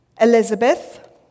Elizabeth